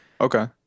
Okay